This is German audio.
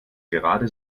gerade